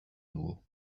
dugu